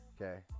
Okay